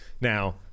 Now